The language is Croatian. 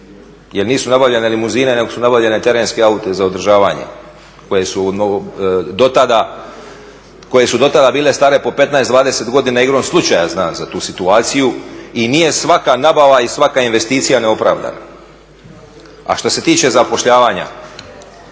jer nisu nabavljane limuzine nego su nabavljani terenski auti za održavanje, koji su do tada bili stari po 15, 20 godina, igrom slučaja znam za tu situaciju i nije svaka nabava i svaka investicija neopravdana. A što se tiče zapošljavanja,